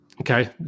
Okay